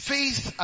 Faith